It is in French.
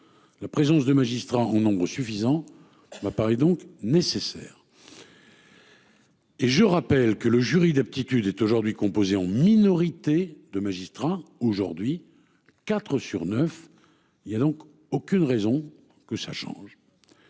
La présence de magistrats en nombre suffisant. Paris donc nécessaire. Et je rappelle que le jury d'aptitude est aujourd'hui composée en minorité de magistrats aujourd'hui 4 sur 9. Il y a donc aucune raison que ça change.